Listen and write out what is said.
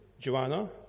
Joanna